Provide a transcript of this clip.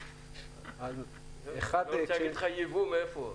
אני לא רוצה להגיד לך ייבוא מאיפה.